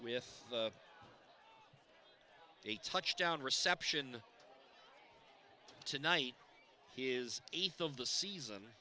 with a touchdown reception tonight he is eighth of the season